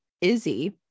Izzy